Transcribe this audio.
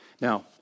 Now